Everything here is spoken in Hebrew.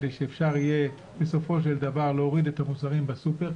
כדי שאפשר יהיה בסופו של דבר להוריד את מחירי המוצרים בסופר,